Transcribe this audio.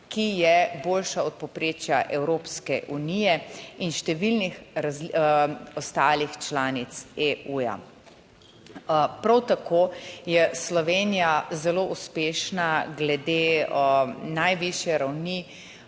ki je boljša od povprečja Evropske unije in številnih ostalih članic EU, prav tako je Slovenija zelo uspešna glede najvišje ravni